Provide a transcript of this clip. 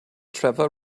trevor